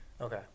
Okay